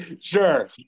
Sure